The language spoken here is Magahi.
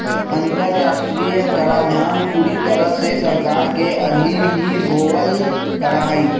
अन्तर्राष्ट्रीय कराधान पूरी तरह से सरकार के अधीन ही होवल करा हई